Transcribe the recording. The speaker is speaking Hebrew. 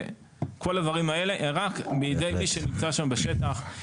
וכל הדברים האלה רק בידי מי שנמצא שם בשטח,